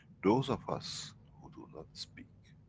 those of us who do not speak,